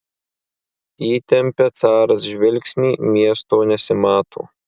įtempia caras žvilgsnį miesto nesimato